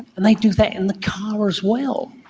and they do that in the car as well.